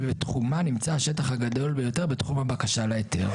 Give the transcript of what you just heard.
שבתחומה נמצא השטח הגדול ביותר בתחום הבקשה להיתר,